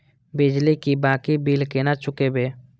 बिजली की बाकी बील केना चूकेबे?